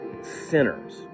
sinners